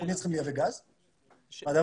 להגיע לאזור ה-25%.